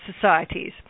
societies